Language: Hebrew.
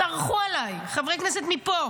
צרחו עליי חברי כנסת מפה